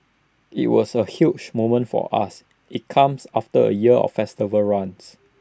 IT was A huge moment for us IT comes after A year of festival runs